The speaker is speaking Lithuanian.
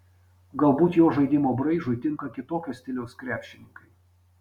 galbūt jo žaidimo braižui tinka kitokio stiliaus krepšininkai